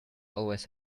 always